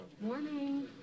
morning